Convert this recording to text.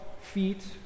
feet